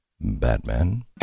Batman